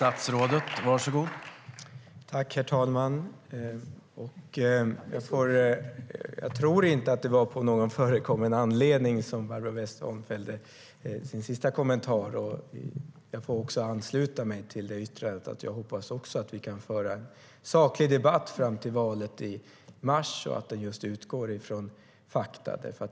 Herr talman! Jag tror inte att det var på någon förekommen anledning som Barbro Westerholm fällde sin sista kommentar. Jag får ansluta mig till det yttrandet. Jag hoppas också att vi kan föra en saklig debatt fram till valet i mars och att den utgår från fakta.